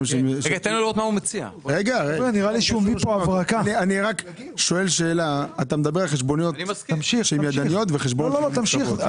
אתה מדבר על חשבוניות ידניות וחשבוניות ממוחשבות.